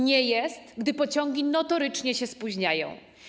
Nie jest normą, gdy pociągi notorycznie się spóźniają.